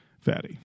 Fatty